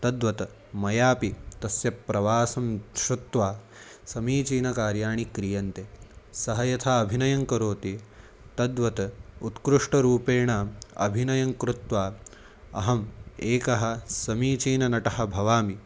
तद्वत् मयापि तस्य प्रवासं श्रुत्वा समीचीनं कार्याणि क्रियन्ते सः यथा अभिनयं करोति तद्वत् उत्कृष्टरूपेण अभिनयं कृत्वा अहम् एकः समीचीनः नटः भवामि